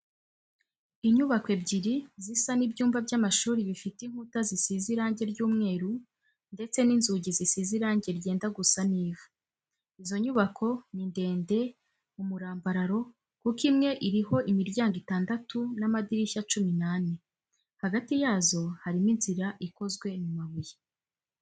Inyubako ebyiri zisa n'ibyumba by'amashuri bifite inkuta zisize irange ry'umweru ndetse n'inzugi zisize irange ryenda gusa n'ivu. Izo nyubako ni ndende mu murambararo kuko imwe iriho imiryango itandatu n'amadirishya cumi n'ane. Hagati yazo harimo inzira ikozwe mu mabuye.